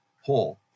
whole